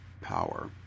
power